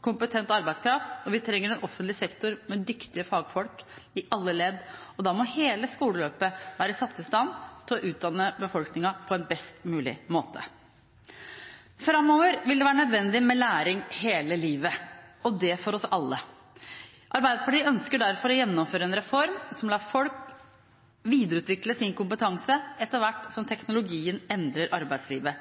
kompetent arbeidskraft, og vi trenger en offentlig sektor med dyktige fagfolk i alle ledd. Da må hele skoleløpet være satt i stand til å utdanne befolkningen på best mulig måte. Framover vil det være nødvendig med læring hele livet, og det for oss alle. Arbeiderpartiet ønsker derfor å gjennomføre en reform som lar folk videreutvikle sin kompetanse etter hvert som teknologien endrer arbeidslivet,